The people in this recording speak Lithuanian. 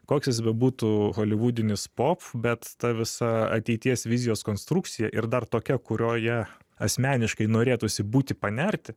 koks jis bebūtų holivudinis pop bet ta visa ateities vizijos konstrukcija ir dar tokia kurioje asmeniškai norėtųsi būti panerti